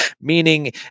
meaning